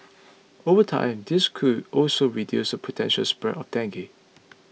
over time this could also reduce the potential spread of dengue